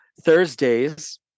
Thursdays